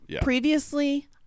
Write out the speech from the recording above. Previously